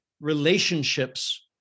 relationships